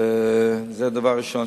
זה הדבר הראשון